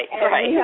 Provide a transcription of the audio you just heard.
right